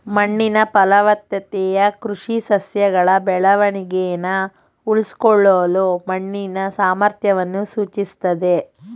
ಮಣ್ಣಿನ ಫಲವತ್ತತೆಯು ಕೃಷಿ ಸಸ್ಯಗಳ ಬೆಳವಣಿಗೆನ ಉಳಿಸ್ಕೊಳ್ಳಲು ಮಣ್ಣಿನ ಸಾಮರ್ಥ್ಯವನ್ನು ಸೂಚಿಸ್ತದೆ